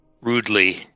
rudely